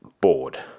Bored